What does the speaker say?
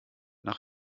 nach